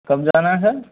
कब जाना है